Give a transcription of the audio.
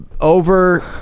over